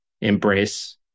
embrace